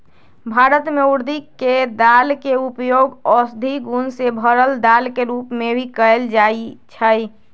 भारत में उर्दी के दाल के उपयोग औषधि गुण से भरल दाल के रूप में भी कएल जाई छई